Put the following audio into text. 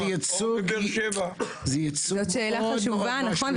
זאת שאלה חשובה, נכון.